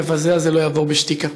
המבזה הזה לא יעבור בשתיקה.